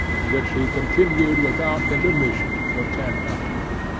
in which he continued without intermission for ten hours.